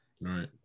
Right